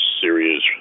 serious